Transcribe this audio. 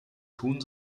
tun